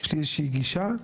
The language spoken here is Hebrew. יש לי איזושהי גישה,